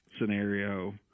scenario